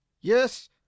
Yes